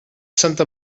santa